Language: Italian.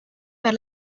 per